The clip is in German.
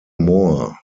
moore